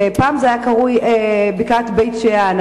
שפעם היה קרוי בקעת בית-שאן,